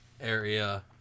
area